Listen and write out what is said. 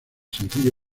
sencillo